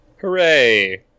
Hooray